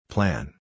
Plan